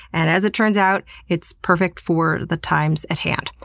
and as it turns out it's perfect for the times at hand.